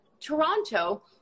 Toronto